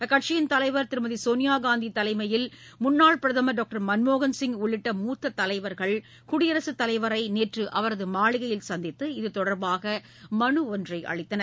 அக்கட்சியின் தலைவர் திருமதி சோனியா காந்தி தலைமையில் முன்னாள் பிரதமர் டாக்டர் மன்மோகன் சிங் உள்ளிட்ட மூத்த தலைவர்கள் குடியரசுத் தலைவரை நேற்று அவரது மாளிகையில் சந்தித்து இது தொடர்பாக மனு ஒன்றை அளித்தனர்